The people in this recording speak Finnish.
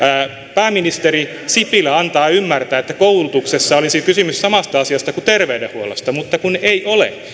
pääministeri sipilä antaa ymmärtää että koulutuksessa olisi kysymys samasta asiasta kuin terveydenhuollossa mutta kun ei ole